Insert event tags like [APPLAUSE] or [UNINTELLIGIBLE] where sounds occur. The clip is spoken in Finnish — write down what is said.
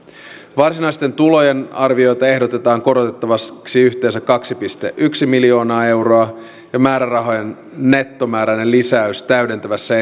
varsinaisten tulojen arviota ehdotetaan korotettavaksi yhteensä kaksi pilkku yksi miljoonaa euroa ja määrärahojen nettomääräinen lisäys täydentävässä [UNINTELLIGIBLE]